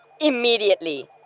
immediately